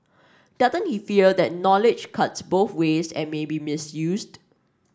doesn't he fear that knowledge cuts both ways and may be misused